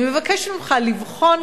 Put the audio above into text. אני מבקשת ממך לבחון,